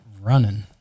running